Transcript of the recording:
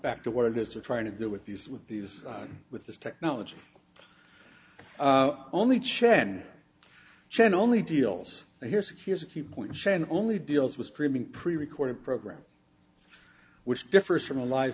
back to what it is they're trying to do with these with these with this technology only chen chen only deals here secures a key point shane only deals with streaming pre recorded program which differs from a live